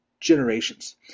generations